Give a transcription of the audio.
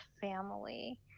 family